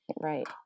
right